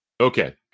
Okay